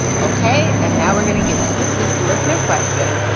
ok? and now we're gonna get into this week's listener question.